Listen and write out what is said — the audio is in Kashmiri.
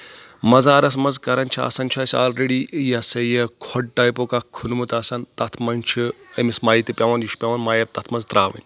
مزارَس منٛز کران چھِ آسان چھُ اَسہِ آلریڈی یسا یہِ کھۄڈ ٹایپُک اکھ کھوٚنمُت آسان تتھ منٛز چھُ أمِس میہِ تہِ پؠوان یہِ چھُ پؠوان مایپ تَتھ منٛز ترٛاوٕنۍ